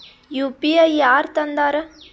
UPI ಯಾರ್ ತಂದಾರ?